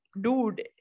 dude